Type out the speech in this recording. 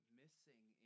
missing